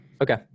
okay